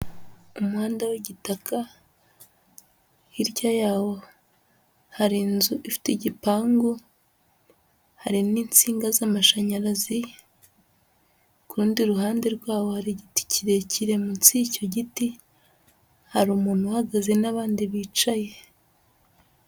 Umuhanda w'igitaka, hirya yawo hari inzu ifite igipangu, hari n'insinga z'amashanyarazi, ku rundi ruhande rwawo hari igiti kirekire, munsi y'icyo giti hari umuntu uhagaze n'abandi bicaye.